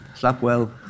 Slapwell